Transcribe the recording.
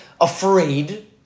afraid